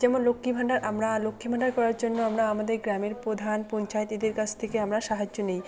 যেমন লক্ষ্মীর ভান্ডার আমরা লক্ষ্মীর ভান্ডার করার জন্য আমরা আমাদের গ্রামের প্রধান পঞ্চায়েত এদের কাছ থেকে আমরা সাহায্য নিই